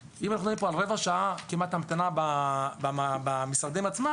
אם אנחנו מדברים פה על כמעט רבע שעה המתנה במשרדים עצמם,